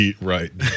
Right